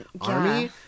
army